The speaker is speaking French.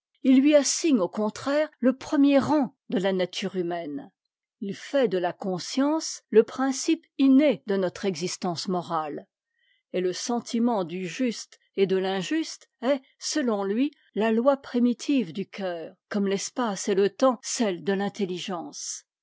il lui assigne nu con traire le premier rang de la nature humaine il fait de la conscience le principe inné de notre existence morale et te sentiment du juste et de finjuste'est selon lui la loi primitive du cœur comme t'espace et le temps celle de l'intelligence